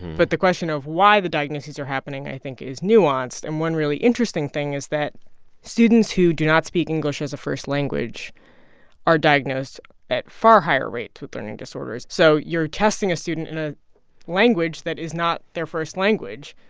but the question of why the diagnoses are happening, i think, is nuanced. and one really interesting thing is that students who do not speak english as a first language are diagnosed at far higher rates with learning disorders. so you're testing a student in a language that is not their first language.